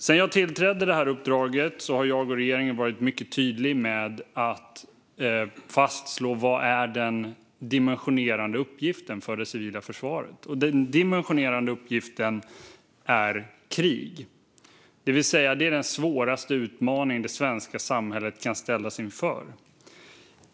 Sedan jag tillträdde det här uppdraget har jag, liksom regeringen, varit mycket tydlig med att fastslå vad som är den dimensionerande uppgiften för det civila försvaret. Den dimensionerande uppgiften är krig. Detta är den svåraste utmaning som det svenska samhället kan ställas inför.